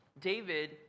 David